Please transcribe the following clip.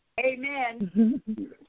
Amen